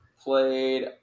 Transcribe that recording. played